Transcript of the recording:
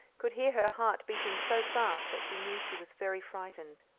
could hear her heart beating so fast that she knew she was very frightened.